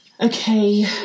okay